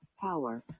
Power